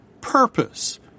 purpose